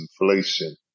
inflation